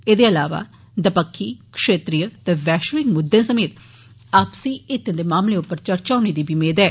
एदे अलावा दपक्खी क्षेत्रीय ते वैष्यिक मुद्दें समेत आपसी हित्त दे मामलें उप्पर चर्चा होने दी मेद ऐ